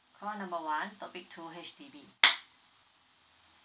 call number one topic two H_D_B